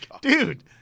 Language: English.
dude